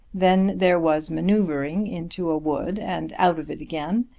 then there was manoeuvring into a wood and out of it again,